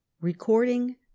Recording